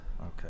Okay